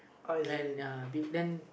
and ya be then